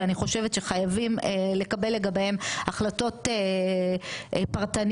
ואני חושבת שחייבים לקבל לגביהם החלטות פרטניות,